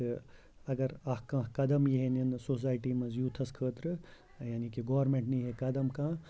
تہٕ اگر اَکھ کانٛہہ قدم یی ہا نِنہٕ سوسایٹی منٛز یوٗتھَس خٲطرٕ یعنی کہِ گورمینٛٹ نی ہے قدم کانٛہہ